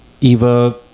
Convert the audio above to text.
Eva